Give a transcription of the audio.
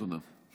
תודה.